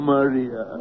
Maria